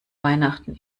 weihnachten